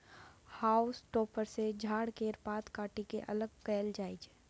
हाउल टॉपर सँ झाड़ केर पात काटि के अलग कएल जाई छै